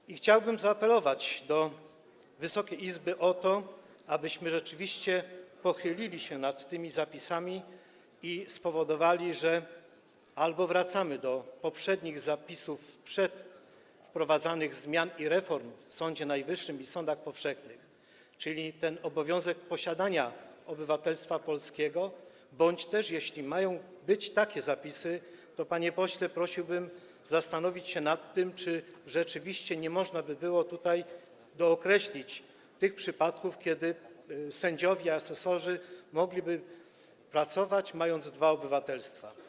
I chciałbym zaapelować do Wysokiej Izby o to, abyśmy rzeczywiście pochylili się nad tymi zapisami i spowodowali, że albo wracamy do poprzednich zapisów sprzed wprowadzanych zmian i reform w Sądzie Najwyższym i sądach powszechnych, chodzi o ten obowiązek posiadania obywatelstwa polskiego, bądź też, jeśli mają być takie zapisy, to prosiłbym, panie pośle, zastanowić się nad tym, czy rzeczywiście nie można by było tutaj dookreślić tych przypadków, kiedy sędziowie, asesorzy mogliby pracować, mając dwa obywatelstwa.